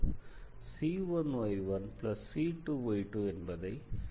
c1y1c2y2 என்பதை சமன்பாட்டில் substitute செய்யலாம்